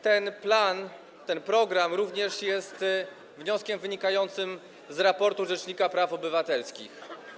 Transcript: Ten plan, ten program jest również wnioskiem wynikającym z raportu rzecznika praw obywatelskich.